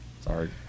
Sorry